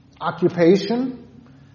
occupation